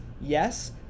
yes